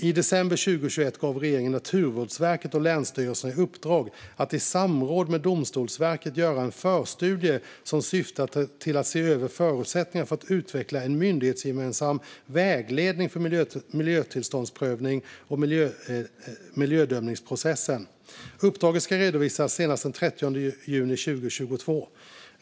I december 2021 gav regeringen Naturvårdsverket och länsstyrelserna i uppdrag att i samråd med Domstolsverket göra en förstudie som syftar till att se över förutsättningarna för att utveckla en myndighetsgemensam vägledning för miljötillståndsprövningen och miljöbedömningsprocessen. Uppdraget ska redovisas senast den 30 juni 2022.